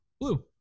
blue